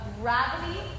gravity